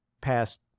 past